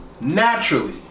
naturally